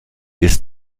ist